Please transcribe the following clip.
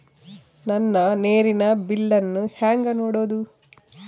ನನ್ನ ನೇರಿನ ಬಿಲ್ಲನ್ನು ಹೆಂಗ ನೋಡದು?